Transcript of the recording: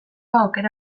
aukera